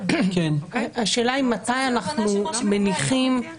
השאלה היא מתי אנחנו מניחים